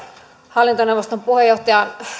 hallintoneuvoston puheenjohtaja